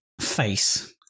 face